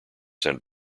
sent